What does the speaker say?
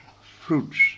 fruits